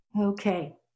Okay